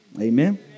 Amen